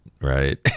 right